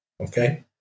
Okay